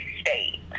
state